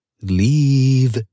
Leave